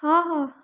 हां हां